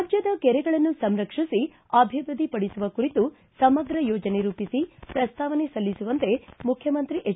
ರಾಜ್ಯದ ಕೆರೆಗಳನ್ನು ಸಂರಕ್ಷಿಸಿ ಅಭಿವೃದ್ದಿ ಪಡಿಸುವ ಕುರಿತು ಸಮಗ್ರ ಯೋಜನೆ ರೂಪಿಸಿ ಪ್ರಸ್ತಾವನೆ ಸಲ್ಲಿಸುವಂತೆ ಮುಖ್ಯಮಂತ್ರಿ ಎಚ್